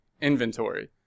inventory